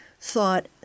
thought